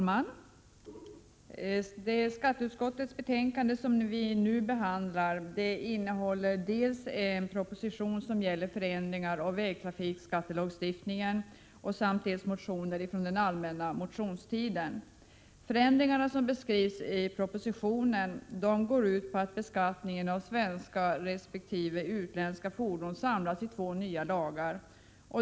Fru talman! I skatteutskottets betänkande 38 behandlas dels en proposi 25 maj 1988 tion som gäller förändringar i vägtrafikskattelagstiftningen, dels motioner från den allmänna motionstiden. De förändringar som beskrivs i propositionen går ut på att beskattningen av svenska resp. utländska fordon samlas i två nya lagar.